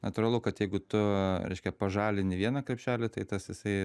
natūralu kad jeigu tu reiškia pažalini vieną krepšelį tai tas jisai